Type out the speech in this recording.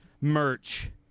Merch